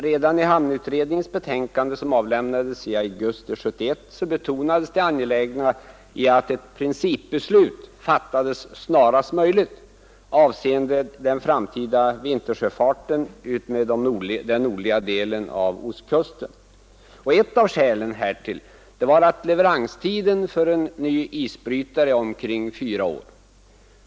Redan i hamnutredningens betänkande, som avlämnades i augusti 1971, betonades det angelägna i att ett principbeslut fattades snarast möjligt avseende den framtida vintersjöfarten utmed den nordliga delen av ostkusten. Ett av skälen härtill var att leveranstiden för en ny isbrytare är omkring fyra år.